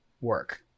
work